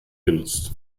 genutzt